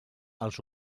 els